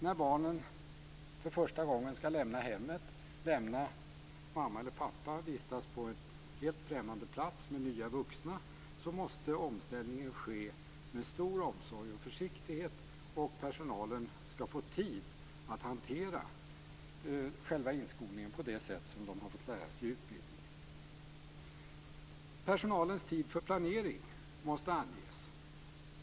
När barnen första gången skall lämna hemmet, lämna mamma eller pappa och vistas på en helt främmande plats med nya vuxna måste omställningen ske med stor omsorg och försiktighet. Personalen skall få tid att hantera själva inskolningen på det sätt som de har fått lära sig inom utbildningen. Personalens tid för planering måste anges.